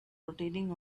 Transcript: rotating